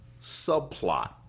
subplot